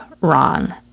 wrong